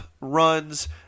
runs